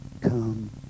come